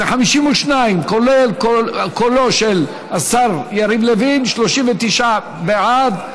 זה 52, כולל קולו של השר יריב לוין, 39 בעד.